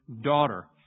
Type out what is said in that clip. daughter